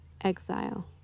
exile